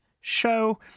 show